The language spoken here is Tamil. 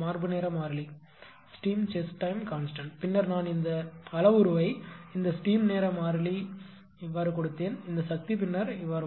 மார்பு நேர மாறிலி பின்னர் நான் இந்த அளவுருவை இந்த ஸ்டீம் நேர மாறிலி கொடுத்தேன் இந்த சக்தி பின்னர் வரும்